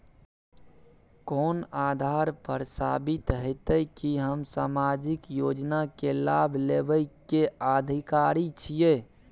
कोन आधार पर साबित हेते की हम सामाजिक योजना के लाभ लेबे के अधिकारी छिये?